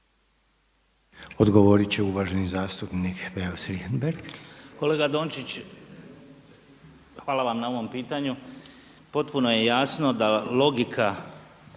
Odgovorit će uvaženi zastupnik Beus Richembergh.